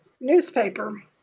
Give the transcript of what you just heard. newspaper